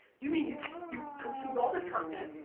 you mean you've you've consumed all this content,